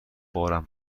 بارم